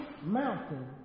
mountain